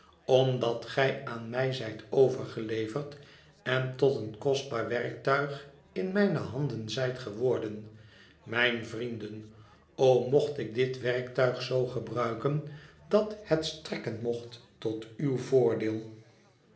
omdat gij aan mij zijt overgeleverd en tot een kostbaar werktuig in mijne handen zijt geworden mijne vrienden o mocht ik dit werktuig zoo gebruiken dat het strekken mocht tot uw voordeel